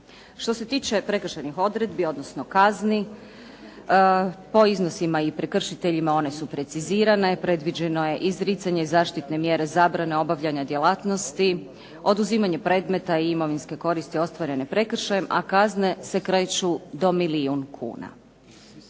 Što se tiče prekršajnih odredbi odnosno kazni po iznosima i prekršiteljima one su precizirane predviđeno je izricanje zaštitne mjere zabrane obavljanje djelatnosti, oduzimanje predmeta i imovinske koristi ostvarene prekršajem a kazne se kreću do milijun kuna.